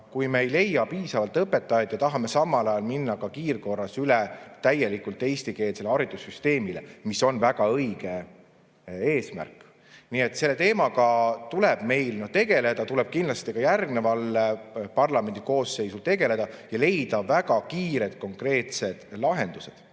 kui me ei leia piisavalt õpetajaid ja tahame samal ajal minna ka kiirkorras üle täielikult eestikeelsele haridussüsteemile, mis on väga õige eesmärk. Nii et selle teemaga tuleb meil tegeleda ja tuleb kindlasti ka järgmisel parlamendi koosseisul tegeleda, et leida väga kiired konkreetsed lahendused. Õpetajad